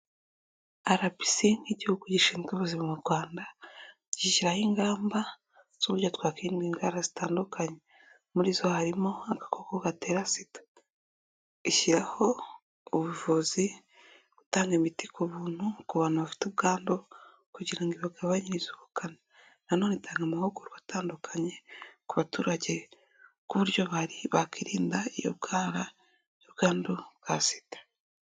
RBC nk'igihugu gishinzwe ubuzima mu Rwanda gishyiraho ingamba z'uburyo twakwiga indwara zitandukanye, muri zo harimo agakoko gatera SIDA. Ishyiraho ubuvuzi, gutanga imiti ku buntu ku bantu bafite ubwandu kugira ngo ibagabanyirize ubukana. Nanone itanga amahugurwa atandukanye ku baturage ku buryo bakirinda iyo ndwara y'ubwandu bwa SIDA.